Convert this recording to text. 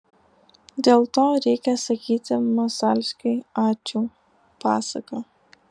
dėl to reikia sakyti masalskiui ačiū pasaka